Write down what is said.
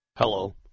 Hello